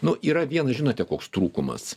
nu yra vienas žinote koks trūkumas